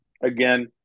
Again